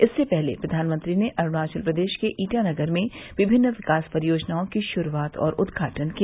इससे पहले प्रधानमंत्री ने अरूणाचल प्रदेश के ईटानगर में विभिन्न विकास परियोजनाओं की शुरूआत और उद्घाटन किया